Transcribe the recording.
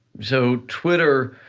so twitter,